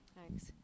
Thanks